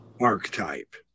archetype